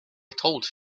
told